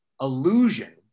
illusion